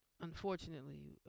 Unfortunately